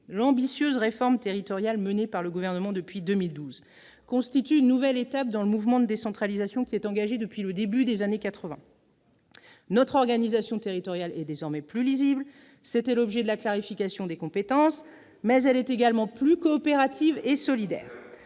l'ambitieuse réforme territoriale menée par le Gouvernement depuis 2012 constitue une nouvelle étape dans le mouvement de décentralisation engagée depuis le début des années quatre-vingt. Notre organisation territoriale est désormais plus lisible, ce qui était l'objet de la clarification des compétences, ... Dites-le à Mme Lebranchu !... mais elle est également plus coopérative et plus solidaire.